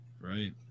Right